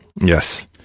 Yes